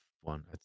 one